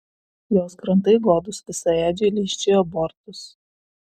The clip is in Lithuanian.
jos krantai godūs visaėdžiai lyžčiojo bortus